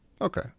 Okay